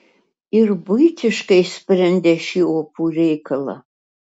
ir buitiškai sprendė šį opų reikalą